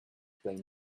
plain